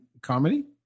comedy